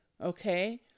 okay